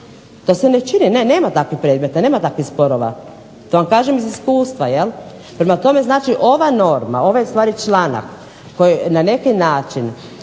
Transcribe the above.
to se ne čini. Ne nema takvih predmeta, nema takvih sporova. To vam kažem iz iskustva. Prema tome, ova norma ovaj ustvari članak koji na neki način